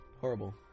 Horrible